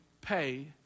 pay